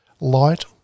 light